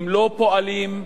לא פועלים,